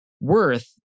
worth